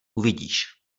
uvidíš